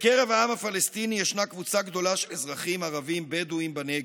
בקרב העם הפלסטיני ישנה קבוצה גדולה של אזרחים ערבים-בדואים בנגב.